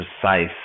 precise